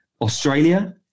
australia